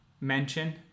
mention